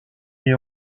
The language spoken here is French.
est